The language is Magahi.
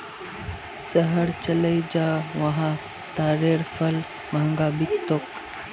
शहर चलइ जा वहा तारेर फल महंगा बिक तोक